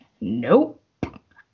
Nope